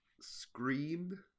Scream